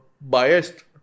biased